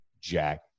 jack